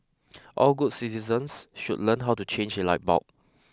all good citizens should learn how to change a light bulb